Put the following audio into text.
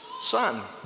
son